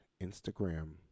Instagram